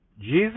Jesus